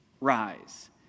rise